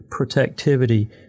protectivity